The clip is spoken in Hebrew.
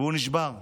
והוא נשבר.